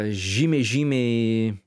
žymiai žymiai